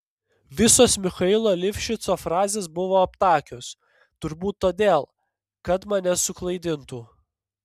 visos michailo livšico frazės buvo aptakios turbūt todėl kad mane suklaidintų